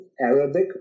Arabic